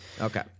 Okay